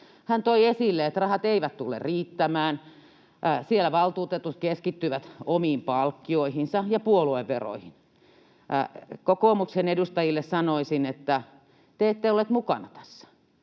Hän toi esille, että rahat eivät tule riittämään. Siellä valtuutetut keskittyvät omiin palkkioihinsa ja puolueveroihin. Kokoomuksen edustajille sanoisin, että te ette olleet mukana tässä.